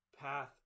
path